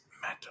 matter